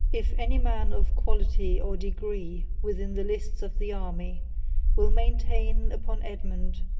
if any man of quality or degree within the lists of the army will maintain upon edmund,